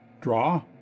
Draw